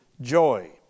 joy